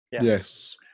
Yes